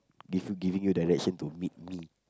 give giving you direction to meet me